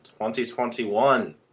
2021